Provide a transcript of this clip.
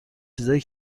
چیزایی